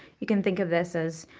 you can think of this as,